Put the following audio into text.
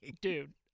Dude